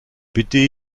bitte